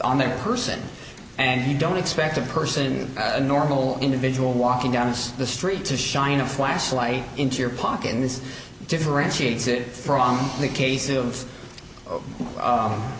on their person and you don't expect a person a normal individual walking down the street to shine a flashlight into your pocket and